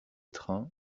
trains